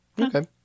okay